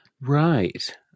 Right